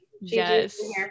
Yes